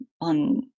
on